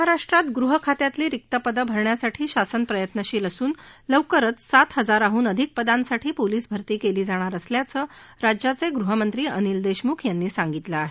महाराष्ट्रात गृह खात्यातली रिक्त पदं भरण्यासाठी शासन प्रयत्नशील असून लवकरच सात हजाराहून अधिक पदांसाठी पोलिस भर्ती केली जाणार असल्याचं राज्याचे गृहमंत्री अनिल देशमुख यांनी सांगितलं आहे